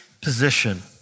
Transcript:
position